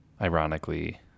ironically